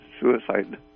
suicide